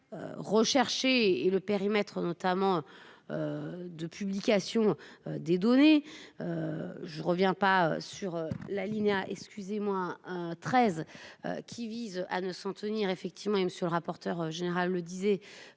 recherché et le périmètre notamment. De publication. Des données. Je reviens pas sur la ligne A excusez-moi 13 qui vise à ne s'en tenir effectivement sur le rapporteur général le disait